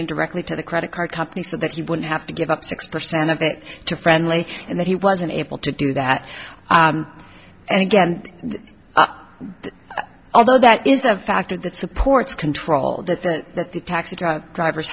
in directly to the credit card company so that he wouldn't have to give up six percent of that to friendly and that he wasn't able to do that and again although that is a factor that supports control that the taxi driver drivers